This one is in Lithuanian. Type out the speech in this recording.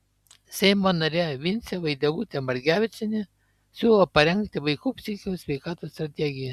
seimo narė vincė vaidevutė margevičienė siūlo parengti vaikų psichikos sveikatos strategiją